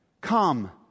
Come